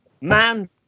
Man